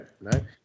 No